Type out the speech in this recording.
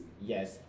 yes